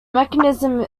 mechanism